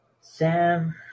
Sam